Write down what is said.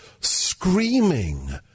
screaming